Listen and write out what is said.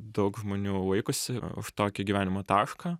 daug žmonių laikosi už tokį gyvenimo tašką